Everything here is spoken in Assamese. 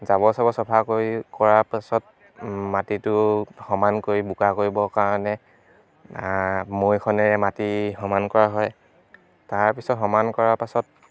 জাৱৰ চাবৰ চফা কৰি কৰাৰ পাছত মাটিটো সমান কৰি বোকা কৰিব কাৰণে মৈখনেৰে মাটি সমান কৰা হয় তাৰ পিছত সমান কৰাৰ পাছত